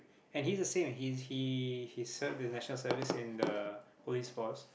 and he's the same he he he serve the National Service in the Police Force